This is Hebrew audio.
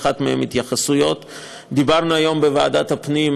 התשע"ז 2017, שהחזירה ועדת החוקה,